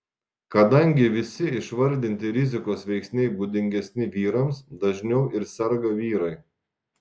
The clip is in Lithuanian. kadangi visi išvardinti rizikos veiksniai būdingesni vyrams dažniau ir serga vyrai